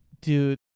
dude